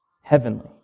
Heavenly